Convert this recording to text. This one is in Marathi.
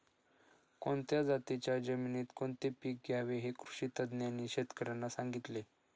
कोणत्या जातीच्या जमिनीत कोणते पीक घ्यावे हे कृषी तज्ज्ञांनी शेतकर्यांना सांगितले